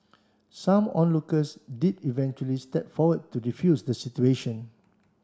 some onlookers did eventually step forward to defuse the situation